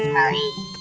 sorry